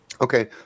Okay